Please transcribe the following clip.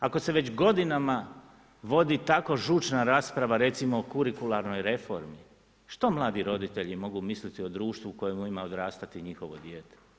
ako se već godinama vodi tako žučna rasprava, recimo o kurikularnoj reformi, što mladi roditelji mogu misliti o društvu u kojemu ima odrastati njihovo dijete?